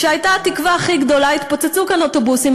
כשהייתה התקווה הכי גדולה התפוצצו כאן אוטובוסים,